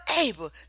able